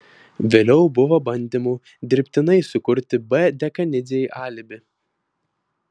vėliau buvo bandymų dirbtinai sukurti b dekanidzei alibi